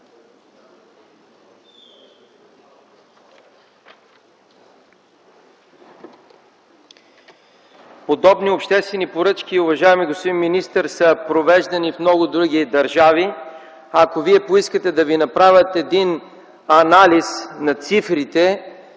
Подобни обществени поръчки, уважаеми господин министър, са провеждани в много други държави. Ако Вие поискате да Ви направят анализ на цифрите,